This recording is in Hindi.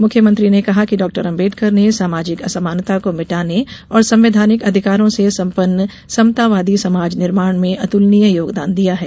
मुख्यमंत्री ने कहा कि डॉ अम्बेडकर ने सामाजिक असमानता को मिटाने और संवैधानिक अधिकारों से सम्पन्न समतावादी समाज निर्माण में अतुलनीय योगदान दिया है